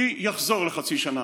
מי יחזור לחצי שנה?